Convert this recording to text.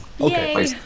Okay